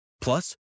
Plus